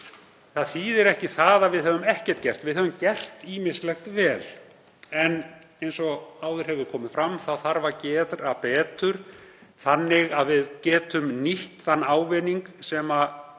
Það þýðir ekki það að við höfum ekkert gert. Við höfum gert ýmislegt vel en eins og áður hefur komið fram þá þarf að gera betur þannig að við getum nýtt þann ávinning sem án